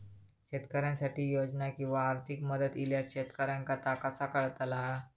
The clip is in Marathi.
शेतकऱ्यांसाठी योजना किंवा आर्थिक मदत इल्यास शेतकऱ्यांका ता कसा कळतला?